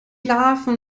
larven